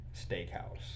Steakhouse